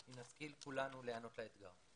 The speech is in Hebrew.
אם נשכיל כולנו להיענות לאתגר.